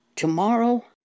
Tomorrow